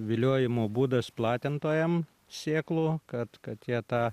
viliojimo būdas platintojam sėklų kad kad jie tą